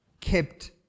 kept